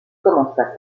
commença